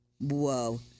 whoa